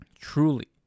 truly